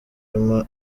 emma